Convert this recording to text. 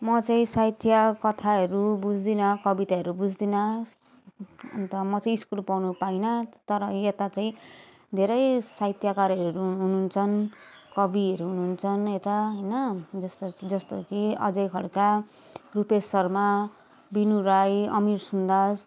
म चाहिँ साहित्य कथाहरू बुझ्दिनँ कविताहरू बुझ्दिनँ अन्त म चाहिँ स्कुल पढ्न पाइनँ तर यता चाहिँ धेरै साहित्यकारहरू हुनुहुन्छन् कविहरू हुनुहुन्छन् यता होइन जस्तो जस्तो कि अजय खड्का रुपेश शर्मा बिनु राई अमीर सुन्दास